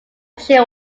chill